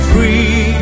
Free